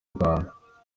rwanda